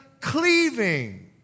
cleaving